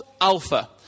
Alpha